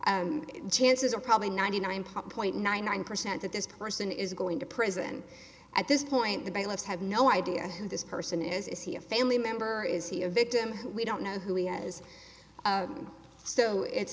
chances are probably ninety nine point nine nine percent that this person is going to prison at this point the bailiffs have no idea who this person is is he a family member is he a victim who we don't know who he is so it's